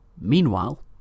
Meanwhile